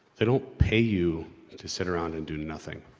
they don't pay you to sit around and do nothing.